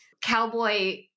cowboy